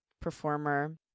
performer